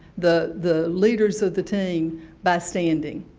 the the leaders of the team by standing.